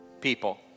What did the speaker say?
people